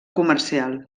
comercial